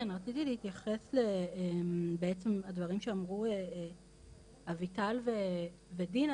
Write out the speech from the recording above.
כן, רציתי להתייחס בעצם לדברים שאמרו אביטל ודינה.